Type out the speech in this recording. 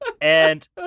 And-